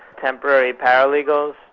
temporary paralegals,